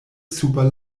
super